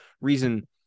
reason